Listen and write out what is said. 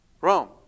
Rome